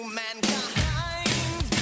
mankind